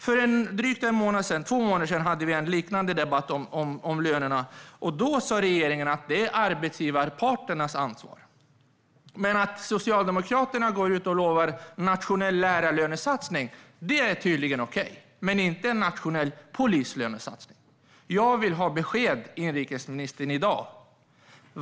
För drygt en månad sedan hade vi en liknande debatt om lönerna, och då sa regeringen att detta är arbetsgivarparternas ansvar. Att Socialdemokraterna går ut och lovar en nationell lärarlönesatsning är tydligen okej, men inte en nationell polislönesatsning. Jag vill ha besked i dag, inrikesministern.